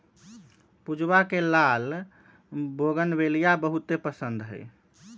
पूजवा के लाल बोगनवेलिया बहुत पसंद हई